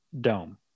Dome